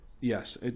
Yes